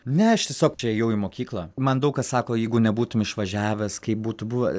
ne aš tiesiog čia ėjau į mokyklą man daug kas sako jeigu nebūtum išvažiavęs kaip būtų buvę